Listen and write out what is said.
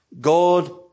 God